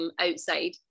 outside